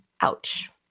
Ouch